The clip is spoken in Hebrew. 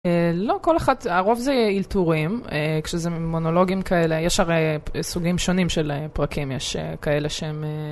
לא, כל אחד, הרוב זה אילתורים, כשזה מונולוגים כאלה, יש הרי סוגים שונים של פרקים, יש כאלה שהם...